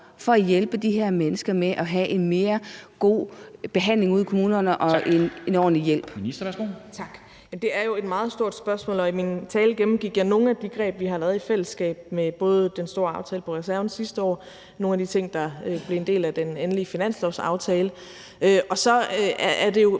Dam Kristensen): Ministeren, værsgo. Kl. 11:10 Social- og ældreministeren (Astrid Krag): Det er jo et meget stort spørgsmål, og i min tale gennemgik jeg nogle af de greb, vi har lavet i fællesskab, med den store aftale om reserven fra sidste år og nogle af de ting, der blev en del af den endelige finanslovsaftale. Og så er det jo